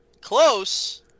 Close